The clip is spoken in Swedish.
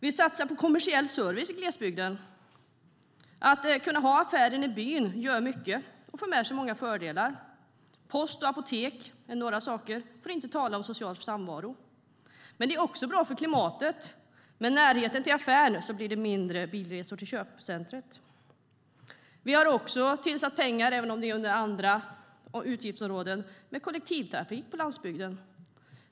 Vi satsar på kommersiell service i glesbygden - att kunna ha kvar affären i byn gör mycket och för med sig många fördelar. Post och apotek är några saker, för att inte tala om social samvaro. Det är även bra för klimatet, för med närhet till affären blir det färre bilresor till köpcentret. Vi har också anslagit pengar, även om det sker inom andra utgiftsområden, till kollektivtrafik på landsbygden.